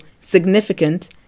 significant